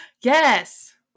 Yes